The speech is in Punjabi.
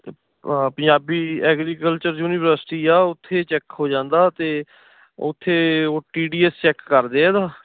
ਪੰਜਾਬੀ ਐਗਰੀਕਲਚਰ ਯੂਨੀਵਰਸਿਟੀ ਆ ਉਥੇ check T D S check ਕਰਦੇ ਆ